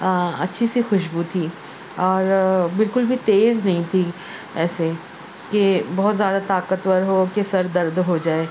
اچھی سی خوشبو تھی اور بالکل بھی تیز نہیں تھی ایسے کہ بہت زیادہ طاقتور ہو کہ سر درد ہو جائے